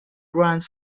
runs